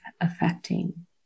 affecting